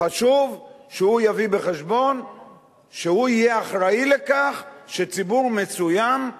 חשוב שהוא יביא בחשבון שהוא יהיה אחראי לכך שציבור מסוים,